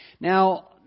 Now